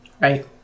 right